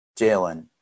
Jalen